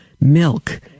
milk